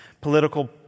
political